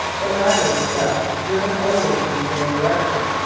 the latter is thus driven always in the same direction,